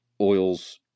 oil's